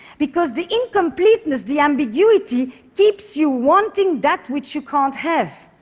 because the incompleteness, the ambiguity, keeps you wanting that which you can't have.